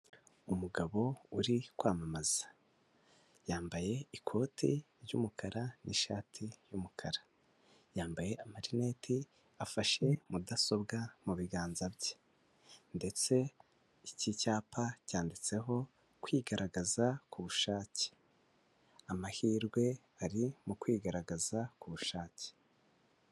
Umugabo uri kwamamaza yambaye ikoti ry'umukara n'ishati y'umukara, yambaye amarineti afashe mudasobwa mu biganza bye, ndetse iki cyapa cyanditseho kwigaragaza ku bushake, amahirwe ari mu kwigaragaza ku bushake.